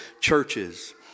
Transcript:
churches